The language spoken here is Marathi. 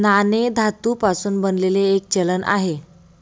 नाणे धातू पासून बनलेले एक चलन आहे